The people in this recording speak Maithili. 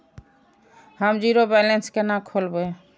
हम जीरो बैलेंस केना खोलैब?